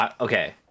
Okay